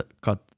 cut